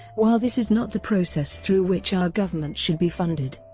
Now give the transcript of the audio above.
while this is not the process through which our government should be funded,